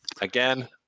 again